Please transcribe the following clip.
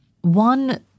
one